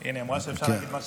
היא אמרה שאפשר להגיד מה שרוצים.